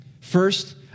First